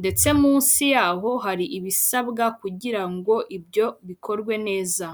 ndetse munsi yaho hari ibisabwa kugira ngo ibyo bikorwe neza.